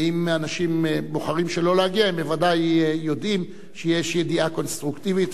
ואם אנשים בוחרים שלא להגיע הם בוודאי יודעים שיש ידיעה קונסטרוקטיבית,